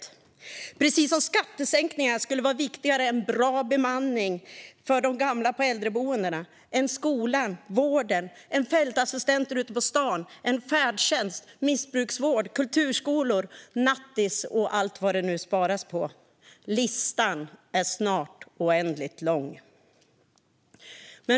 Det är precis som om skattesänkningar skulle vara viktigare än bra bemanning för de gamla på äldreboendena eller än skolan, vården, fältassistenter ute på stan, färdtjänst, missbruksvård, kulturskolor, nattis och allt vad det nu sparas på. Listan är snart oändligt lång.